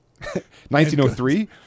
1903